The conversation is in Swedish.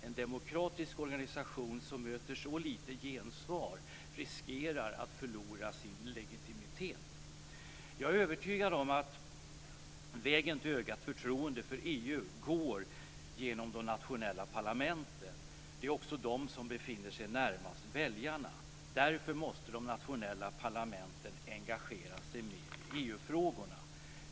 En demokratisk organisation som möter så lite gensvar riskerar att förlora sin legitimitet. Jag är övertygad om att vägen till ökat förtroende för EU går genom de nationella parlamenten. Det är också de som befinner sig närmast väljarna. Därför måste de nationella parlamenten engagera sig mer i EU-frågorna.